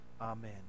Amen